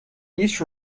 each